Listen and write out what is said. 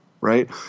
right